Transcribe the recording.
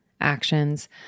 actions